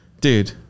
Dude